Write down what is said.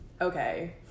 okay